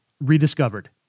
rediscovered